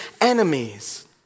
enemies